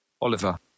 Oliver